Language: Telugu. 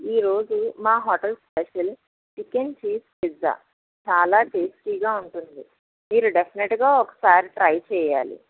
ఈ రోజు మా hotel special chicken cheese pizza చాలా టేస్టీగా ఉంటుంది మీరు డెఫ్నెట్గా ఒకసారి ట్రై చేయాలి